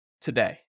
today